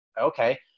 Okay